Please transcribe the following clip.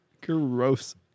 Gross